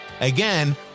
Again